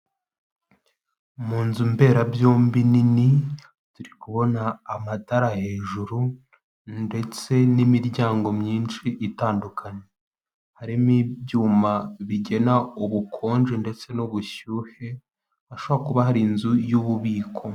Mu nzu mberabyombi nini, turi kubona amatara hejuru ndetse n'imiryango myinshi itandukanye. Harimo ibyuma bigena ubukonje ndetse n'ubushyuhe, hashobora kuba hari inzu y'ububiko.